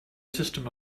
system